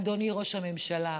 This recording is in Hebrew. אדוני ראש הממשלה,